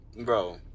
bro